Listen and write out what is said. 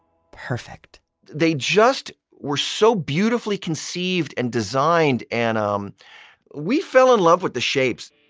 perfect they just were so beautifully conceived and designed, and um we fell in love with the shapes.